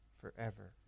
forever